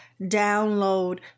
download